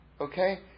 Okay